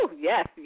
Yes